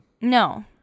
No